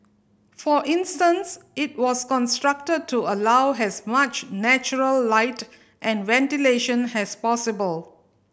for instance it was constructed to allow has much natural light and ventilation has possible